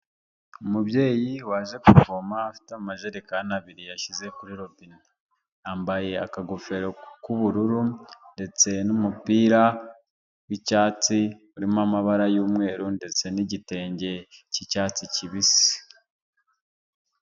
Umubyeyi waje kuvoma, ufite amajerekani abiri yashyize kuri robine. Yambaye akagofero k’ ubururu ndetse n’ umupira w’ icyatsi urimo amabara y’ umweru ndetse n’ igitenge cy’ icyatsi kibisi.